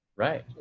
right.